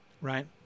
right